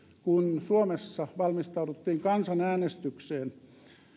kun suomessa valmistauduttiin kansanäänestykseen